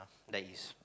like it's